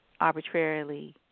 arbitrarily